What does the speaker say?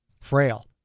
frail